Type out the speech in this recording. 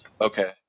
Okay